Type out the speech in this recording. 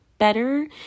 better